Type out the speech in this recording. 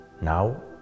now